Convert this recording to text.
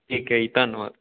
ਠੀਕ ਹੈ ਜੀ ਧੰਨਵਾਦ